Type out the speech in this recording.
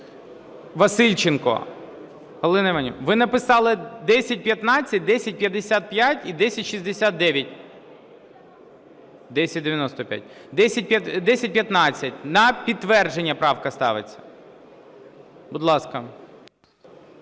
Васильченко. Галина Іванівна, ви написали 1015, 1055 і 1069? 1095. 1015 на підтвердження правка ставиться. Будь ласка.